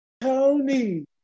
Tony